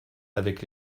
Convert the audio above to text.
avec